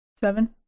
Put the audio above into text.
Seven